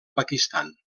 pakistan